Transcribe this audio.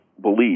believe